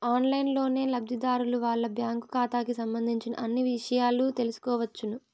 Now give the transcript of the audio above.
ఆన్లైన్లోనే లబ్ధిదారులు వాళ్ళ బ్యాంకు ఖాతాకి సంబంధించిన అన్ని ఇషయాలు తెలుసుకోవచ్చు